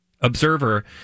observer